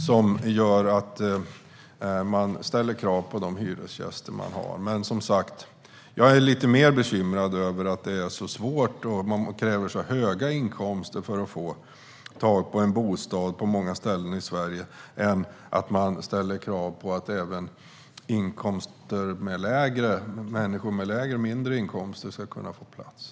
Som sagt är jag mer bekymrad över att man ställer krav på så höga inkomster för att få tag på en bostad på många håll i Sverige än att människor med lägre inkomster ska kunna få en bostad.